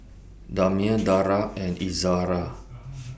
Damia Dara and Izzara